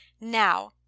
Now